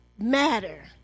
matter